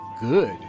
good